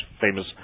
famous